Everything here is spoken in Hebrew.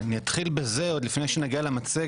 אני אתחיל בזה עוד לפני שאני אגיע למצגת,